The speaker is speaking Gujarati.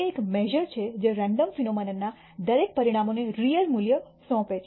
તે એક મેશ઼ર છે જે રેન્ડમ ફિનોમનનના દરેક પરિણામોને રીયલ મૂલ્ય સોંપે છે